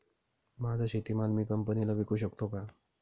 माझा शेतीमाल मी कंपनीला विकू शकतो का?